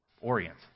orient